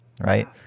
right